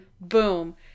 boom